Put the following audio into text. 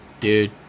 dude